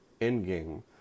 Endgame